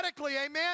amen